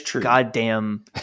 goddamn